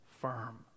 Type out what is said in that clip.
firm